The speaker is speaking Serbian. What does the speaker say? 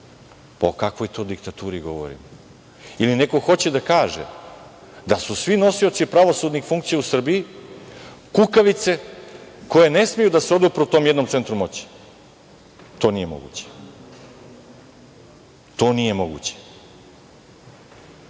O kakvoj to diktaturi govorimo? Da li neko hoće da kaže da su svi nosioci pravosudnih funkcija u Srbiji kukavice koje ne smeju da se odupru tom jednom centru moći? To nije moguće. Oni koji